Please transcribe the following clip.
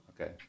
Okay